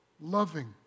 loving